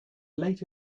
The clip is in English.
late